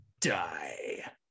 die